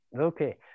okay